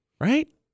right